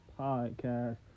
Podcast